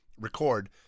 record